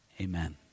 Amen